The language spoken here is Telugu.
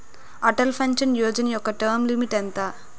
అటల్ పెన్షన్ యోజన యెక్క టర్మ్ లిమిట్ ఎంత?